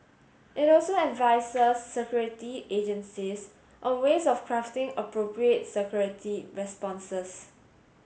it also advises security agencies on ways of crafting appropriate security responses